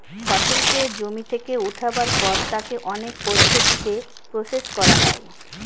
ফসলকে জমি থেকে উঠাবার পর তাকে অনেক পদ্ধতিতে প্রসেস করা হয়